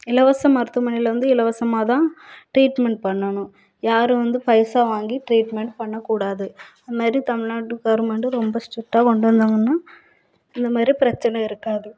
இலவச மருத்துவமனையில வந்து இலவசமாகதான் ட்ரீட்மெண்ட் பண்ணனும் யாரும் வந்து பைசா வாங்கி ட்ரீட்மெண்ட் பண்ண கூடாது அது மாரி தமிழ்நாட்டு கவர்மெண்ட்டும் ரொம்ப ஸ்ட்ரிக்ட்டாக கொண்டு வந்தாங்கன்னா இந்த மாரி பிரச்சனை இருக்காது